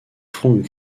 front